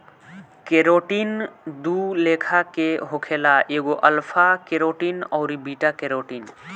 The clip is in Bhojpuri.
केराटिन दू लेखा के होखेला एगो अल्फ़ा केराटिन अउरी बीटा केराटिन